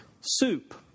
soup